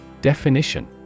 Definition